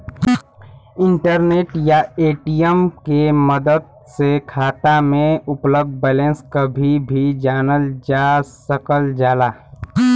internet या ATM के मदद से खाता में उपलब्ध बैलेंस कभी भी जानल जा सकल जाला